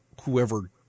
whoever